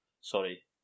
Sorry